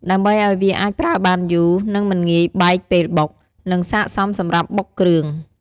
ដើម្បីអោយវាអាចប្រើបានយូរ និងមិនងាយបែកពេលបុក និងសាកសមសម្រាប់បុកគ្រឿង។